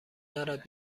دارد